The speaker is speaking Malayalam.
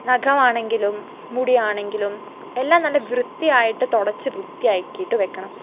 നഖമാണെങ്കിലും മുടിയാണെങ്കിലും എല്ലാം നല്ല വൃത്തിയായിട്ട് തുടച്ച് വൃത്തിയാക്കിയിട്ട് വയ്ക്കണം